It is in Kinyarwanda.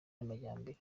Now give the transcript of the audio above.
n’amajyambere